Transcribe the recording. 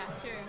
true